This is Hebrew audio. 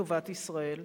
לטובת ישראל.